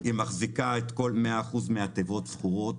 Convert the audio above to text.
היא מחזיקה מאה אחוזים מהתיבות השכורות,